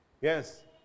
yes